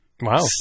wow